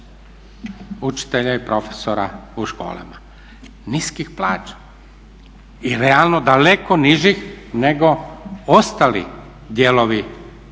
učitelja i profesora u školama. I realno daleko nižih nego ostali dijelovi